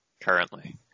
currently